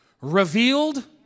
Revealed